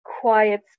quiet